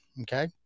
okay